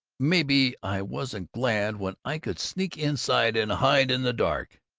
maybe i wasn't glad when i could sneak inside and hide in the dark!